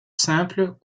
simple